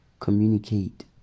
Communicate